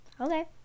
Okay